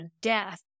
death